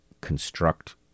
construct